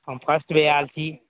हम फर्स्ट बेर आयल छी